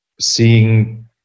seeing